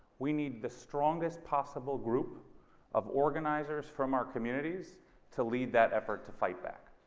we need the strongest possible group of organizers from our communities to lead that effort to fight back.